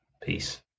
Peace